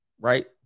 Right